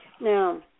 Now